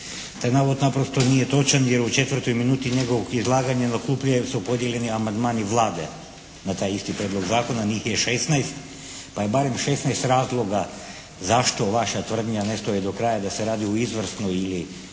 Taj navod naprosto nije točan jer u 4. minuti njegovog izlaganja na klupe su podijeljeni amandmani Vlade na taj isti Prijedlog zakona. Njih je 16 pa je barem 16 razloga zašto vaša tvrdnja ne stoji do kraja da se radi o izvrsno ili